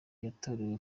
yatorewe